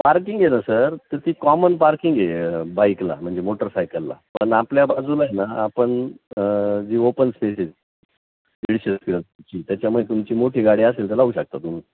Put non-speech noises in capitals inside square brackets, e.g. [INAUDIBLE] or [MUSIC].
parking आहे ना sir तर ती कॉमन पार्किंग आहे बाईकला म्हणजे मोटरसायकलला पण आपल्या बाजूला आहे ना आपण जी ओपन स्पेस आहे [UNINTELLIGIBLE] त्याच्यामध्ये तुमची मोठी गाडी असेल तर लावू शकता तुम्ही